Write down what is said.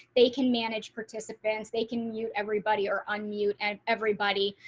they can manage participants, they can you everybody or unmute and everybody.